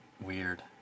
weird